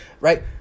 right